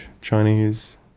Chinese